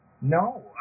No